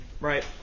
right